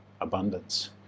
abundance